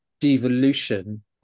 devolution